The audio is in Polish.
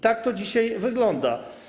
Tak to dzisiaj wygląda.